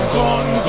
gone